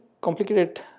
complicated